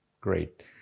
Great